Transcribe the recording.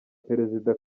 perezida